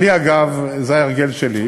אגב, זה ההרגל שלי.